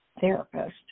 therapist